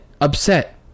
upset